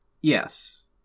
Yes